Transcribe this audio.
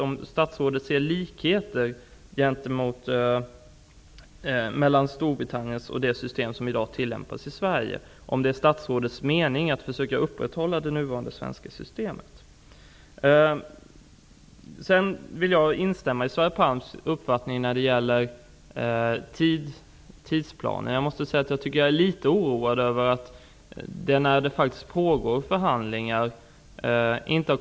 Ser statsrådet några likheter mellan Storbritanniens och Sveriges system? Är det statsrådets avsikt att försöka att upprätthålla det svenska systemet? Jag delar Sverre Palms uppfattning när det gäller tidsplanen. Jag är litet oroad över att man inte har kommit längre i de pågående förhandlingarna.